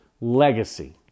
legacy